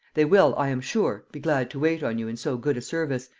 they will, i am sure, be glad to wait on you in so good a service,